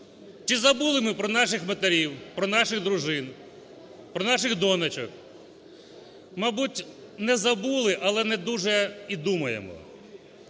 Чи забули ми про наших матерів, про наших дружин, про наших донечок? Мабуть, не забули, але не дуже і думаємо.